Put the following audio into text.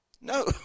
No